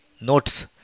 notes